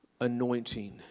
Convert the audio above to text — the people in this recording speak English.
anointing